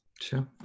Sure